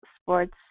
sports